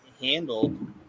handled